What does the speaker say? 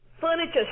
Furniture